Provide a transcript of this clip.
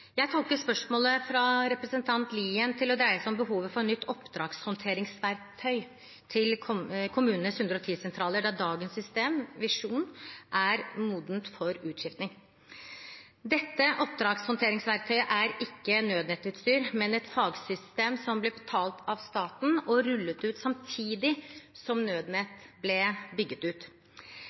Jeg tolker spørsmålet fra representanten Lien til å dreie seg om behovet for et nytt oppdragshåndteringsverktøy til kommunenes 110-sentraler, da dagens system Vision er modent for utskiftning. Dette oppdragshåndteringsverktøyet er ikke nødnettutstyr, men et fagsystem som ble betalt av staten og rullet ut samtidig som nødnettet ble bygget ut.